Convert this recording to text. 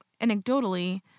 anecdotally